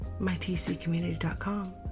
MyTCcommunity.com